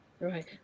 Right